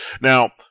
Now